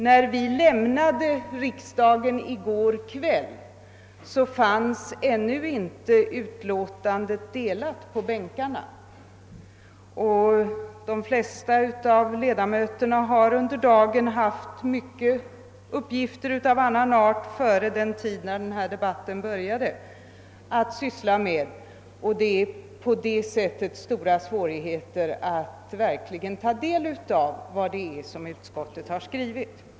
När vi lämnade riksdagen i går kväll fanns förevarande utlåtande ännu inte delat på bänkarna. De flesta av ledamöterna har haft många uppgifter av annan art att handlägga före den tid då denna debatt började i dag. De har stora svårigheter att hinna ta del av vad utskottet skrivit.